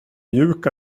mjuk